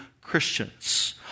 Christians